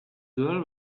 girl